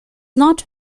not